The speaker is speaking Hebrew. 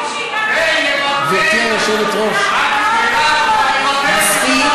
גברתי היושבת-ראש, שיעשה שתי פעולות בו-זמנית,